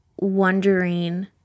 wondering